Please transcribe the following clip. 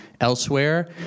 elsewhere